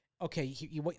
Okay